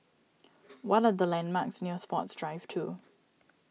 what are the landmarks near Sports Drive two